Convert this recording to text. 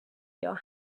your